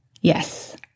Yes